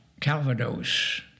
calvados